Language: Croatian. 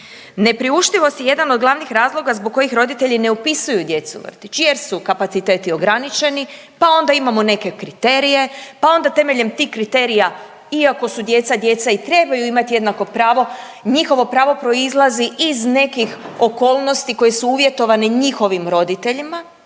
Nepriuštivost je jedan od glavnih razloga zbog kojih roditelji ne upisuju djecu u vrtić, jer su kapaciteti ograničeni pa onda imamo neke kriterije, pa onda temeljem tih kriterija iako su djeca djeca i trebaju imati jednako pravo. Njihovo pravo proizlazi iz nekih okolnosti koji su uvjetovani njihovim roditeljima